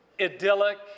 idyllic